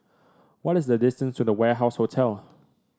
what is the distance to The Warehouse Hotel